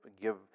give